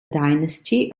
dynasty